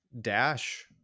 Dash